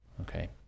Okay